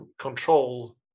control